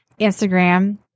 instagram